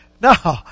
No